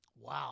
Wow